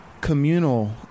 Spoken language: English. communal